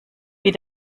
wie